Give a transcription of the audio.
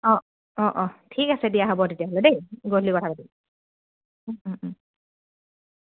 অঁ অঁ অঁ ঠিক আছে দিয়া হ'ব তেতিয়াহ'লে দেই গধূলি কথা পাতিম